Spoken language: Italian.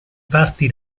parti